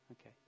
okay